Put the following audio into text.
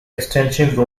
extensive